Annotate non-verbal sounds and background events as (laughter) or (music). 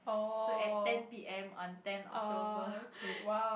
so at ten P_M on ten October (laughs)